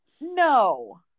No